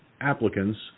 applicants